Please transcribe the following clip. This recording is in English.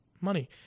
money